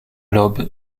l’aube